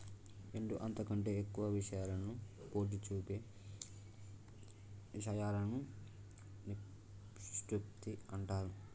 రెండు అంతకంటే ఎక్కువ విషయాలను పోల్చి చూపే ఇషయాలను నిష్పత్తి అంటారు